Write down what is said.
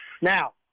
Now